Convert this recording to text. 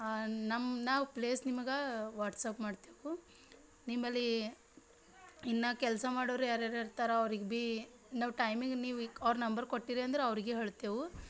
ನಮ್ಮ ನಾವು ಪ್ಲೇಸ್ ನಿಮ್ಗೆ ವಾಟ್ಸ್ಯಾಪ್ ಮಾಡ್ತೇವೆ ನಿಮ್ಮಲ್ಲಿ ಇನ್ನೂ ಕೆಲಸ ಮಾಡೋರು ಯಾರ್ಯಾರು ಇರ್ತಾರೆ ಅವ್ರಿಗೆ ಭೀ ನಾವು ಟೈಮಿಂಗ್ ನೀವು ಅವ್ರ ನಂಬರ್ ಕೊಟ್ಟಿರಿ ಅಂದ್ರೆ ಅವರಿಗೆ ಹೇಳ್ತೇವೆ